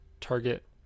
target